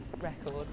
record